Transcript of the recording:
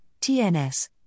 TNS